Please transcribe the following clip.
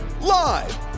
Live